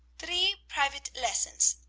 three private lessons.